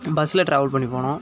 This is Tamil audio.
பஸ்ஸில் ட்ராவல் பண்ணிப்போனோம்